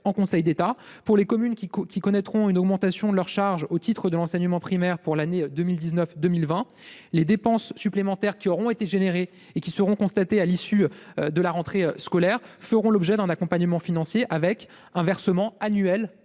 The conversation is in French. Conseil d'État. Pour les communes qui connaîtront une augmentation de leurs charges au titre de l'enseignement primaire pour l'année scolaire 2019-2020, les dépenses supplémentaires qui auront été générées par la présente mesure et qui seront constatées à l'issue de la rentrée scolaire feront l'objet d'un accompagnement financier de l'État avec un versement annuel